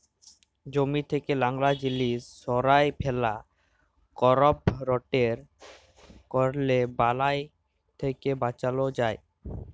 জমি থ্যাকে লংরা জিলিস সঁরায় ফেলা, করপ রটেট ক্যরলে বালাই থ্যাকে বাঁচালো যায়